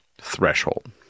threshold